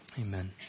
Amen